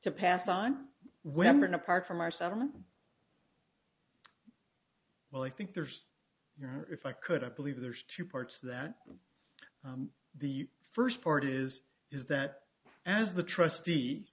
to pass on women apart from our settlement well i think there's you know if i could i believe there's two parts that the first part is is that as the trustee